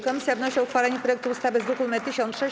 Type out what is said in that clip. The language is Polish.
Komisja wnosi o uchwalenie projektu ustawy z druku nr 1006.